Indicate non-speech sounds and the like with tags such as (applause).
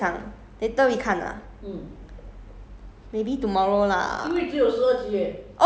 (laughs) 凶案现场 later we 看 ah